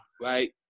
right